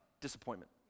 Disappointment